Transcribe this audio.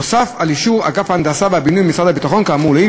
נוסף על אישור אגף ההנדסה והבינוי במשרד הביטחון כאמור לעיל,